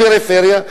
הפריפריה,